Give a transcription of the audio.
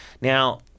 Now